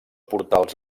portals